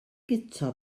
guto